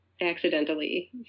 accidentally